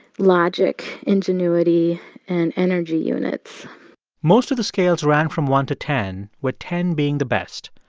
logic, ingenuity and energy units most of the scales ran from one to ten, with ten being the best.